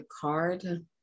card